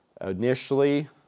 Initially